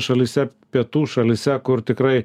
šalyse pietų šalyse kur tikrai